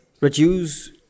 reduce